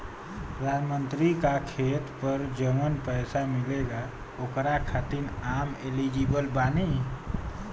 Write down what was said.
प्रधानमंत्री का खेत पर जवन पैसा मिलेगा ओकरा खातिन आम एलिजिबल बानी?